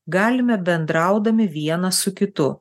galime bendraudami vienas su kitu